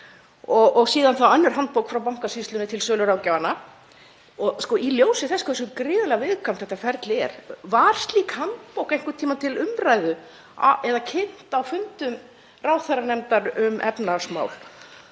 og síðan önnur handbók frá Bankasýslunni til söluráðgjafanna? Í ljósi þess hversu gríðarlega viðkvæmt þetta ferli er, var slík handbók einhvern tíma til umræðu eða kynnt á fundum ráðherranefndar um efnahagsmál?